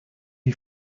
you